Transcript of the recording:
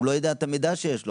הוא לא יודע את המידע שיש לו.